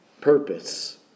purpose